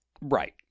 right